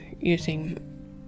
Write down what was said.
using